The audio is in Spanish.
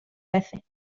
veces